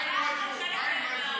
מה עם רג'וב?